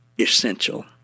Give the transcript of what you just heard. essential